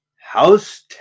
House